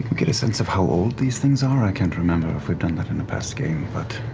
get a sense of how old these things are? i can't remember if we've done that in the past game. but